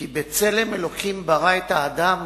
"כי בצלם אלוהים ברא את האדם"